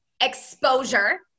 Exposure